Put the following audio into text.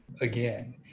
again